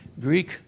Greek